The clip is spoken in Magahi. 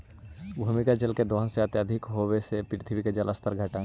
भूमिगत जल के दोहन अत्यधिक होवऽ से पृथ्वी के जल स्तर घटऽ हई